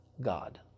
God